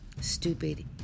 stupid